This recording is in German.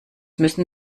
müssen